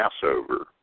Passover